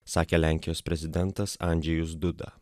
sakė lenkijos prezidentas andžejus duda